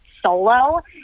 solo